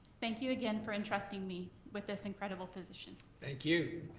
thank you again for entrusting me with this incredible position. thank you.